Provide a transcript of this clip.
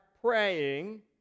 praying